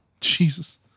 Jesus